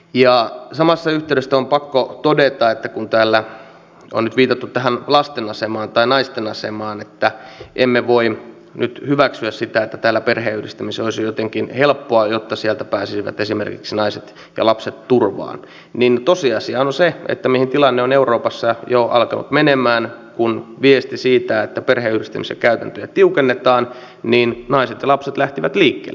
ja samassa yhteydessä on pakko todeta että kun täällä on nyt viitattu tähän lasten asemaan tai naisten asemaan että emme voi nyt hyväksyä sitä että täällä perheenyhdistäminen olisi jotenkin helppoa jotta sieltä pääsisivät esimerkiksi naiset ja lapset turvaan niin tosiasiahan on se mihin tilanne on euroopassa jo alkanut menemään kun viesti tulee siitä että perheenyhdistämisen käytäntöjä tiukennetaan että naiset ja lapset lähtevät liikkeelle